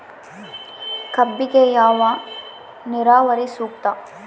ಕಬ್ಬಿಗೆ ಯಾವ ನೇರಾವರಿ ಸೂಕ್ತ?